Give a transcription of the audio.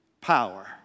power